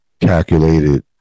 calculated